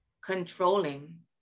controlling